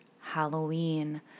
Halloween